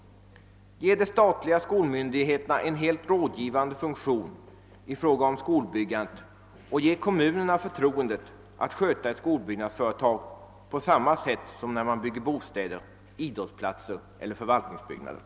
Ge de statliga skolmyndigheterna en helt rådgivande funktion i fråga om skolbyggandet och ge kommunerna förtroendet att sköta ett skolbyggnadsföretag på samma sätt som när man bygger bostäder, idrottsplatser eller förvaltningsbyggnader!